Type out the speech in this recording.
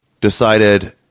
decided